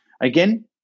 Again